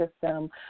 system